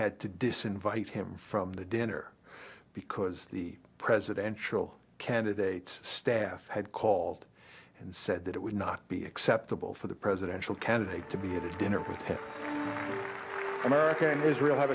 disinvite him from the dinner because the presidential candidate staff had called and said that it would not be acceptable for the presidential candidate to be at a dinner with america and israel ha